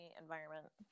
environment